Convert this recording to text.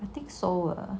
I think so